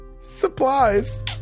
Supplies